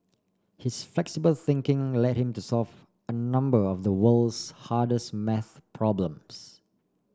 his flexible thinking led him to solve a number of the world's hardest math problems